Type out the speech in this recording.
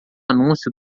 anúncio